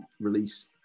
release